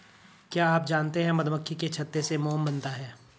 क्या आप जानते है मधुमक्खी के छत्ते से मोम बनता है